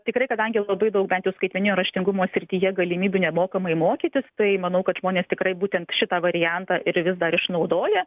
tikrai kadangi labai daug bent jau skaitmeninio raštingumo srityje galimybių nemokamai mokytis tai manau kad žmonės tikrai būtent šitą variantą ir vis dar išnaudoja